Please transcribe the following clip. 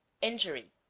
injury